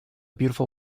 beautiful